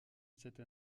cette